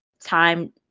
time